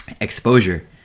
exposure